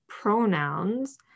pronouns